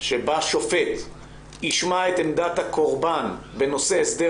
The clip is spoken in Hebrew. שבה שופט ישמע את עמדת הקורבן בנושא הסדר